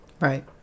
Right